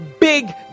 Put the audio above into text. big